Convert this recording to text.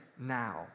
now